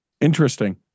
interesting